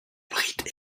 abrite